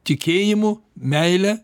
tikėjimu meile